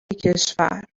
کشور